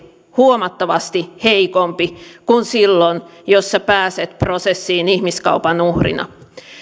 huomattavasti heikompi kuin silloin jos pääsee prosessiin ihmiskaupan uhrina